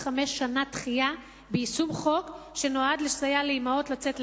35 שנה דחייה ביישום חוק שנועד לסייע לאמהות לצאת לעבודה.